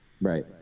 Right